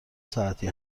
ساعتی